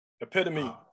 Epitome